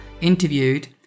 interviewed